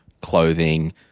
clothing